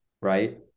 right